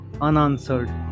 unanswered